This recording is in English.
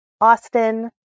Austin